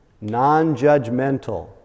non-judgmental